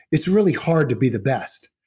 it's really hard to be the best.